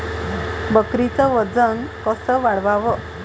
बकरीचं वजन कस वाढवाव?